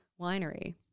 winery